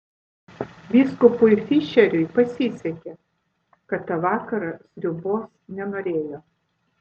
vyskupui fišeriui pasisekė kad tą vakarą sriubos nenorėjo